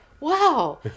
Wow